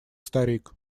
старик